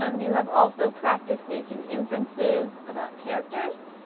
um you have also practiced making inferences about characters.